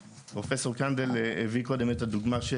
פרופ' קנדל הביא קודם את הדוגמה של: